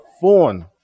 phone